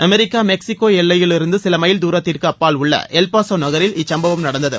America Mexico எல்லையிலிருந்து சில mile தூரத்திற்கு அப்பால் உள்ள எல் பாஸோ நகரில் இச்சுப்பவம் நடந்தது